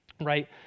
Right